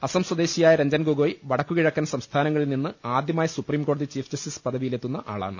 അസം സ്വദേശിയായ രഞ്ജൻ ഗൊഗോയ് വടക്കു കിഴക്കൻ സംസ്ഥാനങ്ങളിൽ നിന്ന് ആദ്യമായി സുപ്രീംകോടതി ചീഫ് ജസ്റ്റിസ് പദവിയിലെത്തുന്ന ആളാണ്